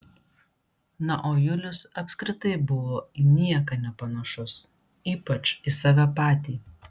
na o julius apskritai buvo į nieką nepanašus ypač į save patį